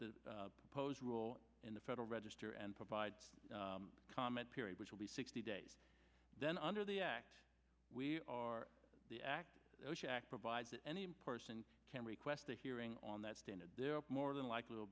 the proposed rule in the federal register and provide a comment period which will be sixty days then under the act we are the act provides that any person can request a hearing on that stand and there are more than likely will